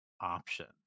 options